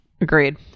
Agreed